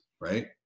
right